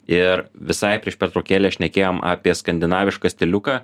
ir visai prieš pertraukėlę šnekėjom apie skandinavišką stiliuką